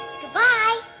Goodbye